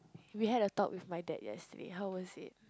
we had a talk with my dad yesterday how was it